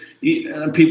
people